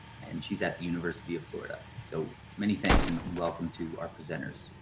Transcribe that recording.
and she's at the university of florida. so many thanks and like and welcome to our presenters.